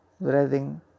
Breathing